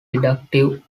deductive